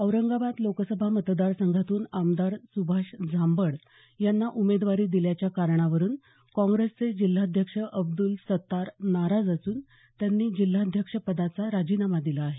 औरंगाबाद लोकसभा मतदार संघातून आमदार सुभाष झांबड यांना उमेदवारी दिल्याच्या कारणावरून काँग्रेसचे जिल्हाध्यक्ष अब्दुल सत्तार नाराज असून त्यांनी जिल्हाध्यक्षपदाचा राजीनामा दिला आहे